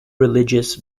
religious